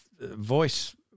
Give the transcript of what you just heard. voice